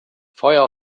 feuer